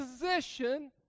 position